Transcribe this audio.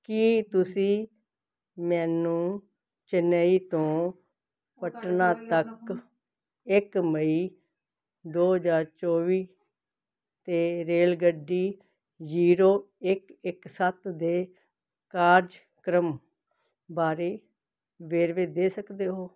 ਕੀ ਤੁਸੀਂ ਮੈਨੂੰ ਚੇਨਈ ਤੋਂ ਪਟਨਾ ਤੱਕ ਇੱਕ ਮਈ ਦੋ ਹਜ਼ਾਰ ਚੌਵੀਂ ਤੇ ਰੇਲਗੱਡੀ ਜ਼ੀਰੋ ਇੱਕ ਇੱਕ ਸੱਤ ਦੇ ਕਾਰਜਕ੍ਰਮ ਬਾਰੇ ਵੇਰਵੇ ਦੇ ਸਕਦੇ ਹੋ